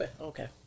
Okay